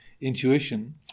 intuition